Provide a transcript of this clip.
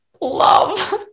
Love